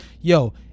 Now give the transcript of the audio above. Yo